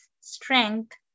strength